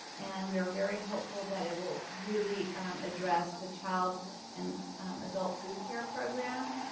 and we are very hopeful that it will really address the child and adult food care program.